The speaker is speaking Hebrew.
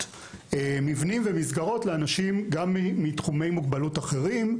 מבנים ומסגרות לאנשים גם מתחומי מוגבלות אחרים,